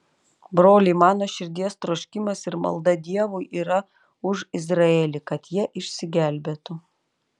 broliai mano širdies troškimas ir malda dievui yra už izraelį kad jie išsigelbėtų